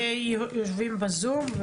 הם יושבים בזום,